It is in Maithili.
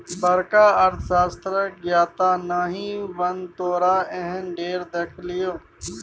बड़का अर्थशास्त्रक ज्ञाता नहि बन तोरा एहन ढेर देखलियौ